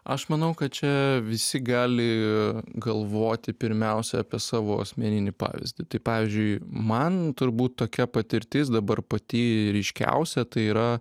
aš manau kad čia visi gali galvoti pirmiausia apie savo asmeninį pavyzdį tai pavyzdžiui man turbūt tokia patirtis dabar pati ryškiausia tai yra